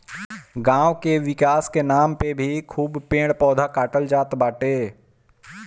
गांव के विकास के नाम पे भी खूब पेड़ पौधा काटल जात बाटे